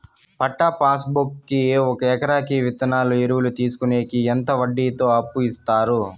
పట్టా passbook కి ఒక ఎకరాకి విత్తనాలు, ఎరువులు తీసుకొనేకి ఎంత వడ్డీతో అప్పు ఇస్తారు?